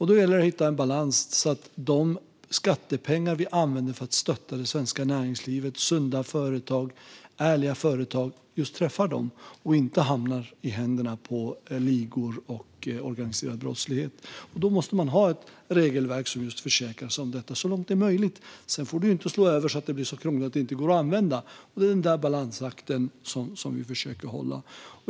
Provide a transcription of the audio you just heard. Då gäller det att hitta en balans, så att de skattepengar vi använder för att stötta det svenska näringslivet just går till sunda och ärliga företag och inte hamnar i händerna på ligor och organiserad brottslighet. Då måste man ha ett regelverk som säkerställer detta så långt det är möjligt. Sedan får det inte slå över, så att det blir så krångligt att det inte går att använda. Det är denna balansakt som vi försöker göra.